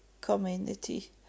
community